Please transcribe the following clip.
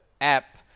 app